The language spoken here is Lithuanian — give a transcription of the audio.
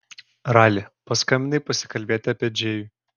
rali paskambinai pasikalbėti apie džėjų